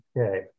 Okay